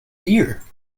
here